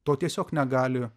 to tiesiog negali